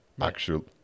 actual